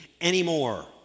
anymore